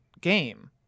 game